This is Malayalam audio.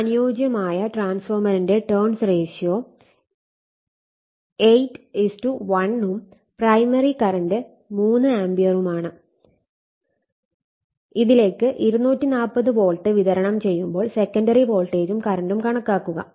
ഒരു അനുയോജ്യമായ ട്രാൻസ്ഫോർമറിന്റെ ടേൺസ് റേഷ്യോ 8 1 ഉം പ്രൈമറി കറന്റ് 3 ആമ്പിയറുമാണ് ഇതിലേക്ക് 240 വോൾട്ട് വിതരണം ചെയ്യുമ്പോൾ സെക്കൻഡറി വോൾട്ടേജും കറന്റും കണക്കാക്കുക